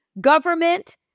government